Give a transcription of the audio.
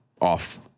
off